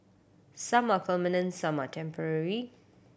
some are permanent some are temporary